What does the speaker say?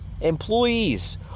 employees